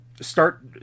start